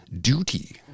duty